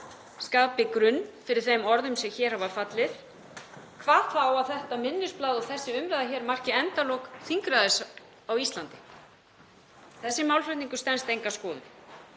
skapi grunn fyrir þeim orðum sem hér hafa fallið, hvað þá að þetta minnisblað og þessi umræða hér marki endalok þingræðis á Íslandi. Þessi málflutningur stenst enga skoðun.